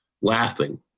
laughing